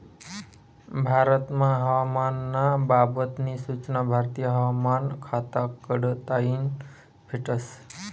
भारतमा हवामान ना बाबत नी सूचना भारतीय हवामान खाता कडताईन भेटस